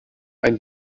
ein